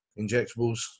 injectables